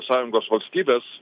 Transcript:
sąjungos valstybės